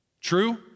True